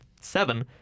seven